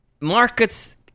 Markets